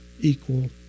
equal